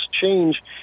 change